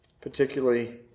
particularly